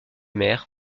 mer